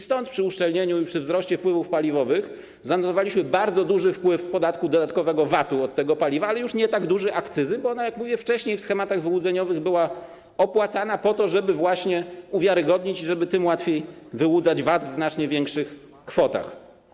Stąd przy uszczelnieniu i wzroście wpływów paliwowych zanotowaliśmy bardzo duży wpływ podatku dodatkowego VAT-u od tego paliwa, ale już nie tak duży akcyzy, bo ona, jak mówię, wcześniej w schematach wyłudzeniowych była opłacana po to, żeby to uwiarygodnić i żeby tym łatwiej wyłudzać VAT w znacznie większych kwotach.